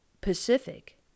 Pacific